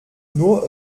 nur